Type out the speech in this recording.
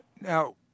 Now